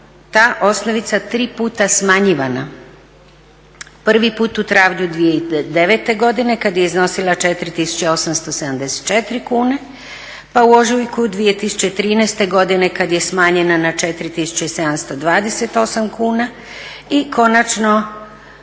ta osnovica tri puta smanjivana. Prvi put u travnju 2009. godine kad je iznosila 4874 kune, pa u ožujku 2013. godine kad je smanjena na 4728 kuna. I konačno,